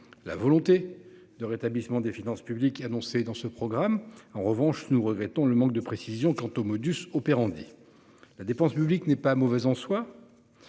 la volonté de rétablissement des finances publiques qui annoncé dans ce programme. En revanche, nous regrettons le manque de précision quant au modus operandi. La dépense publique n'est pas mauvais en soi.